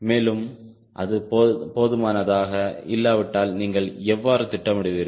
மேலும் அது போதுமானதாக இல்லாவிட்டால் நீங்கள் எவ்வாறு திட்டமிடுவீர்கள்